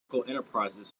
enterprises